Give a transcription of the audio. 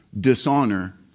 dishonor